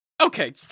Okay